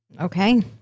Okay